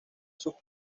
sus